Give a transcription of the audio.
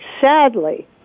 sadly